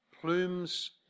Plumes